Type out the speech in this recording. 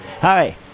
Hi